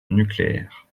nucléaire